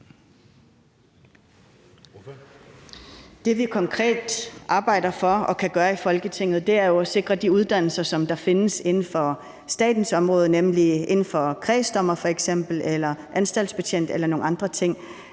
Det, vi konkret arbejder for og kan gøre i Folketinget, er, at man i forbindelse med de uddannelser, som findes inden for statens område, såsom uddannelsen til kredsdommer, anstaltsbetjent eller nogle andre ting,